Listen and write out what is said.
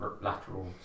lateral